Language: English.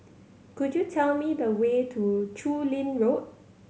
could you tell me the way to Chu Lin Road